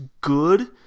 good